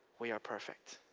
we are perfect.